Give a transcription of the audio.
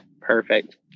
Perfect